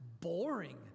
boring